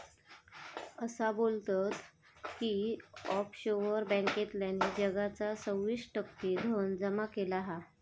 असा बोलतत की ऑफशोअर बॅन्कांतल्यानी जगाचा सव्वीस टक्के धन जमा केला हा